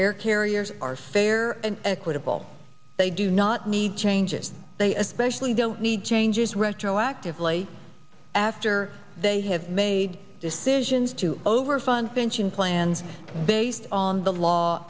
air carriers are fair and equitable they do not need changes they especially don't need changes retroactively after they have made decisions to over fund fanchon plans based on the law